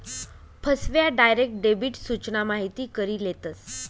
फसव्या, direct debit सूचना माहिती करी लेतस